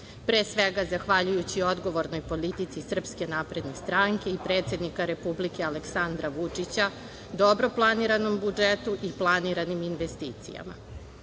pre svega, zahvaljujući odgovornoj politici SNS i predsednika Republike Aleksandra Vučića, dobro planiranom budžetu i planiranim investicijama. Opština